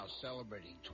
celebrating